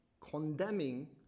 condemning